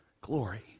glory